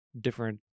different